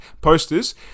posters